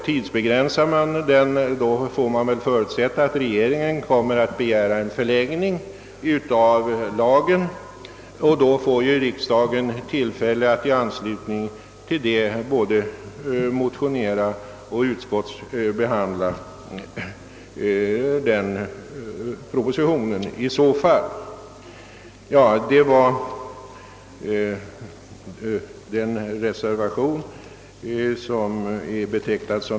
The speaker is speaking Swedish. Tidsbegränsar man lagen får man väl förutsätta att regeringen kommer att begära en förlängning av lagen, och då får ju riksdagen tillfälle att i anslutning till propositionen motionera och utskottsbehandla frågan.